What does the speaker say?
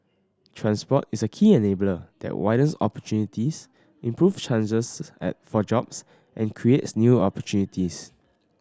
transport is a key enabler that widens opportunities improves chances and for jobs and creates new opportunities